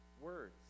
words